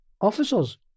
Officers